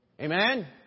Amen